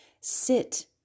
sit